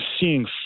seeing